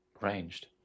ranged